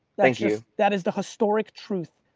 thank you. that is the historic truth.